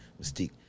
Mystique